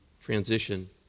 transition